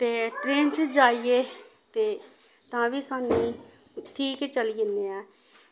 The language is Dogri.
ते ट्रेन च जाइयै ते तां बी सानूं ई ठीक चली जन्ने आं